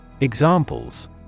Examples